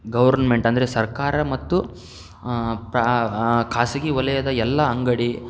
government ಅಂದರೆ ಸರ್ಕಾರ ಮತ್ತು ಪ್ರಾ ಖಾಸಗಿ ವಲಯದ ಎಲ್ಲ ಅಂಗಡಿ